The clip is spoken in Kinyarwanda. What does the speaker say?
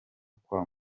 kwa